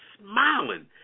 smiling